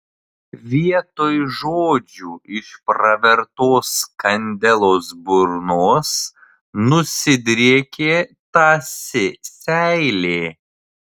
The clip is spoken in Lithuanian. vietoj žodžių iš pravertos kandelos burnos nusidriekė tąsi seilė